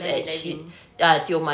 diving